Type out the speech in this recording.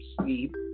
sleep